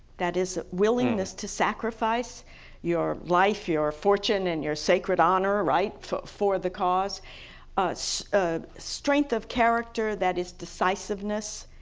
that is a willingness to sacrifice your life, your fortune, and your sacred honor, right, for for the cause ah strength of character, that is decisiveness